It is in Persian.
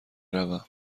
روم